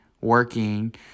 working